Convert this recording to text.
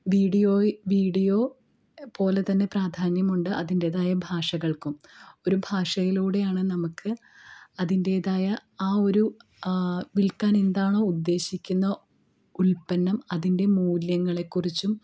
video video പോലെ തന്നെ പ്രാധാന്യമുണ്ട് അതിൻറ്റേതായ ഭാഷകൾക്കും ഒരു ഭാഷയിലൂടെയാണ് നമുക്ക് അതിൻറ്റേതായ ആ ഒരു വിൽക്കാൻ എന്താണോ ഉദ്ദേശിക്കുന്നത് ഉൽപ്പന്നം അതിൻ്റെ മൂല്യങ്ങളെ കുറിച്ചും